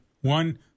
One